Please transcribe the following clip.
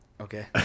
okay